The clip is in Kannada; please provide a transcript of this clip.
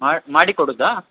ಮಾಡಿ ಮಾಡಿ ಕೊಡೋದಾ